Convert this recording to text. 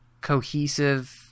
cohesive